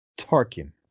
Tarkin